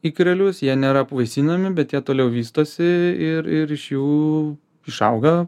ikrelius jie nėra apvaisinami bet jie toliau vystosi ir ir iš jų išauga